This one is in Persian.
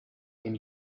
این